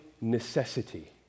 necessity